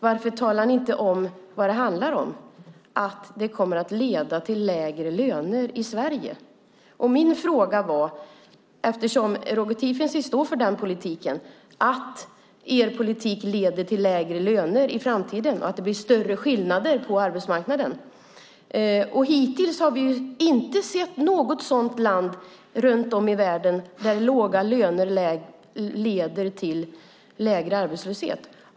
Varför talar ni inte om vad det handlar om, att det kommer att leda till lägre löner i Sverige? Roger Tiefensee står för regeringens politik som leder till lägre löner i framtiden och till att det blir större skillnader på arbetsmarknaden. Hittills har vi inte sett något land i världen där låga löner leder till lägre arbetslöshet.